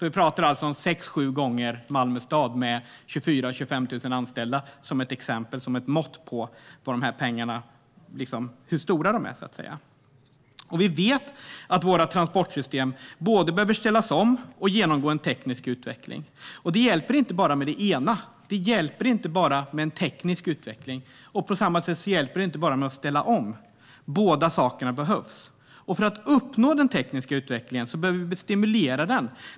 Vi pratar alltså om sex sju gånger Malmö stad, med 24 000-25 000 anställda. Det är ett mått på hur mycket pengar det är. Vi vet att våra transportsystem både behöver ställas om och behöver genomgå en teknisk utveckling. Det hjälper inte med bara det ena. Det hjälper inte med bara en teknisk utveckling. På samma sätt hjälper det inte med att bara ställa om. Båda sakerna behövs. För att uppnå den tekniska utvecklingen behöver vi stimulera den.